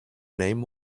name